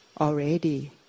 already